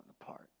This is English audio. apart